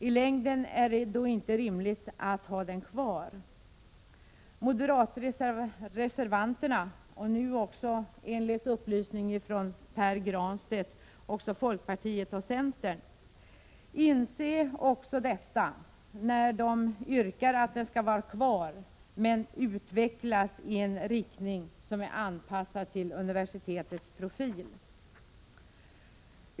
I längden är det inte rimligt att då ha linjen kvar. Moderatreservanterna bakom reservation 3 — och enligt upplysning av Pär Granstedt nu också folkpartiet och centern — inser detta och yrkar att den skall vara kvar men utvecklas i en riktning som är anpassad till universitetets profil.